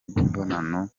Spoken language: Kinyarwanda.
bw’imibonano